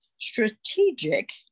Strategic